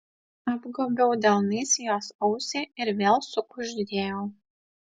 apgobiau delnais jos ausį ir vėl sukuždėjau